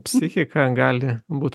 psichika gali būt